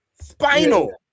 Spinal